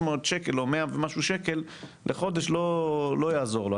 שקל או מאה ומשהו שקל לחודש לא יעזור לו,